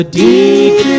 deep